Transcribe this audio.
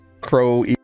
crow